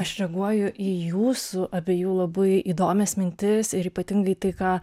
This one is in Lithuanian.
aš reaguoju į jūsų abiejų labai įdomias mintis ir ypatingai tai ką